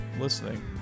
Listening